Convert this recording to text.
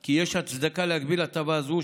כי יש הצדקה להגביל הטבה זו,